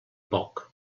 poc